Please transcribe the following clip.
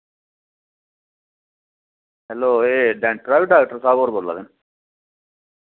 hello एह् dental आह्ले doctor स्हाब होर बोल्ला दे न